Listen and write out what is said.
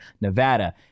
Nevada